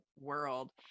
world